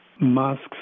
masks